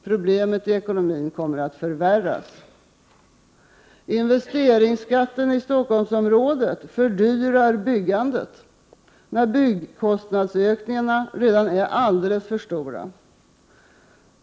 Problemen i ekonomin kommer att förvärras. Investeringsskatten i Stockholmsområdet fördyrar byggandet — när byggkostnadsökningarna redan är alldeles för stora.